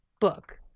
book